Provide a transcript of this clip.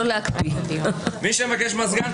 גם לבקשת היועצת המשפטית לכנסת,